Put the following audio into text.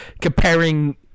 comparing